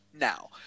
now